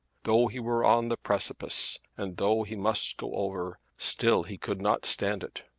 though he were on the precipice, and though he must go over, still he could not stand it.